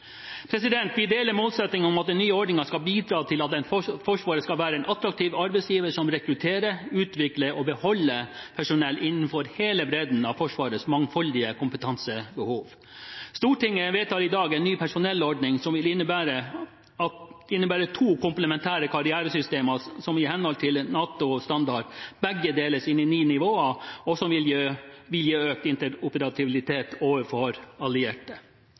Vi deler målsettingen om at den nye ordningen skal bidra til at Forsvaret skal være en attraktiv arbeidsgiver som rekrutterer, utvikler og beholder personell innenfor hele bredden av Forsvarets mangfoldige kompetansebehov. Stortinget vedtar i dag en ny personellordning som vil innebære to komplementære karrieresystemer som i henhold til NATO-standard begge deles inn i ni nivåer, og som vil gi økt interoperabilitet overfor våre allierte.